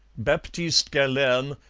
baptiste galerne,